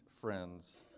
friends